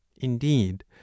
indeed